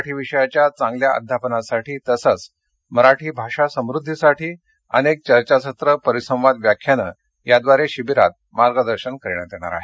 मराठी विषयाच्या चांगल्या अध्यापनासाठी तसेच मराठी भाषा समुद्दीसाठी अनेक चर्चासत्र परिसंवाद व्याख्याने याद्वारे शिबीरात मार्गदर्शन करण्यात येणार आहे